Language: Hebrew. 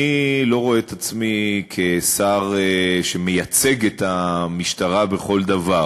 אני לא רואה את עצמי כשר שמייצג את המשטרה בכל דבר,